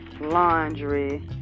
laundry